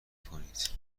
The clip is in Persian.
کنید